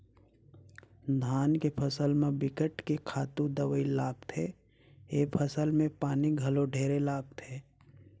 धान के फसल म बिकट के खातू दवई लागथे, ए फसल में पानी घलो ढेरे लागथे